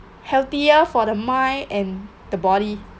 healthier for the mind and the body